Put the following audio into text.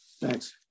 Thanks